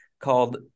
called